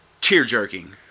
tear-jerking